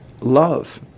love